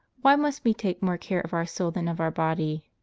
why must we take more care of our soul than of our body?